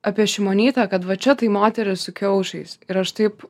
apie šimonytę kad va čia tai moteris su kiaušais ir aš taip